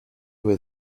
were